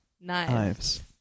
knives